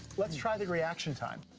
let's try the reaction time.